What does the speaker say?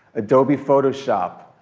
adobe photoshop,